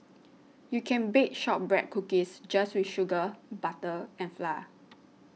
you can bake Shortbread Cookies just with sugar butter and flour